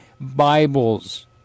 Bibles